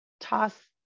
toss